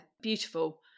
beautiful